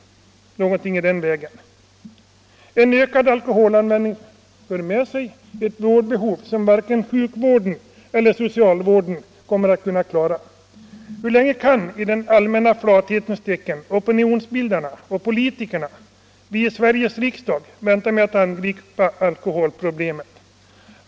En ökad alkoholanvändning för med sig ett vårdbehov som varken sjukvården eller socialvården kan klara. Hur länge kan i den allmänna flathetens tecken opinionsbildarna och politikerna, vi i Sveriges riksdag, vänta med att angripa alkoholproblemet?